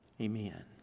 Amen